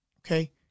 okay